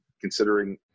considering